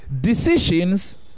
Decisions